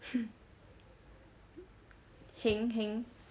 heng heng